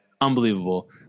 unbelievable